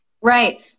Right